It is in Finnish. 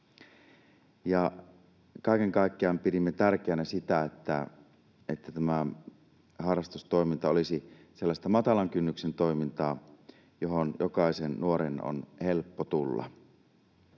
Kaiken kaikkiaan pidimme tärkeänä sitä, että tämä harrastustoiminta olisi sellaista matalan kynnyksen toimintaa, johon jokaisen nuoren on helppo tulla.